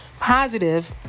positive